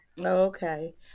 Okay